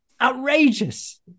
outrageous